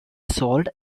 solved